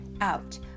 out